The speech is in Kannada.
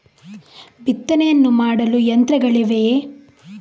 ಬಿತ್ತನೆಯನ್ನು ಮಾಡಲು ಯಂತ್ರಗಳಿವೆಯೇ?